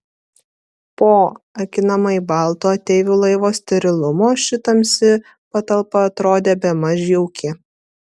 po akinamai balto ateivių laivo sterilumo ši tamsi patalpa atrodė bemaž jauki